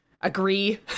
agree